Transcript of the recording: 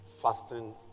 fasting